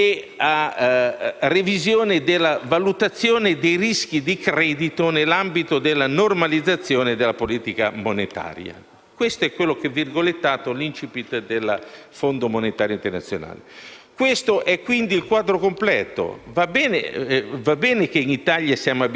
delle conclusioni dello *staff* del Fondo monetario internazionale. Questo è quindi il quadro completo. Va bene che in Italia siamo abituati all'ottimismo della volontà. Esso andrebbe, tuttavia, compensato dal pessimismo della ragione,